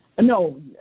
No